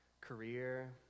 career